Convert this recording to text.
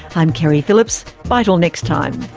i'm keri phillips. bye til next time